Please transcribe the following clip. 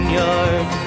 yard